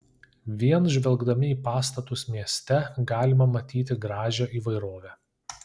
vien žvelgdami į pastatus mieste galime matyti gražią įvairovę